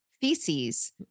feces